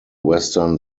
western